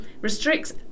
restricts